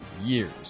years